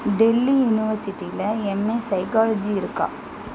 டெல்லி யுனிவர்சிட்டியில் MA psychology இருக்கா